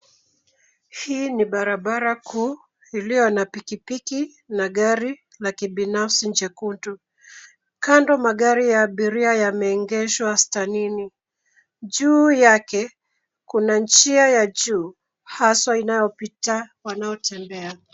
Hii ni barabara kuu iliyo na pikipiki na gari ya binafsi jekundu. Kando magari ya abiria yameegeshwa stanini. Juu yake kuna njia ya juu hasa inayopita wanaotembea.